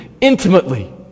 intimately